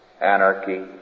anarchy